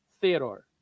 Theodore